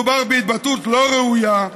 מדובר בהתבטאות לא ראויה,